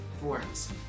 forms